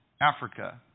Africa